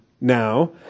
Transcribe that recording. now